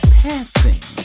passing